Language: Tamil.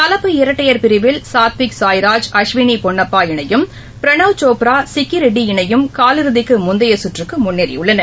கலப்பு இரட்டையர் பிரிவில் சாத்விக் சாய்ராஜ் அஸ்வினிபொன்னப்பா இணையும் பிரனவ் சோப்ரா சிக்கிரெட்டி இணையும் காலிறுதிக்குமுந்தையசுற்றுக்குமுன்னேறியுள்ளன